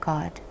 God